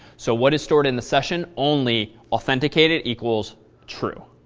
so what is stored in the session? only authenticated equals true,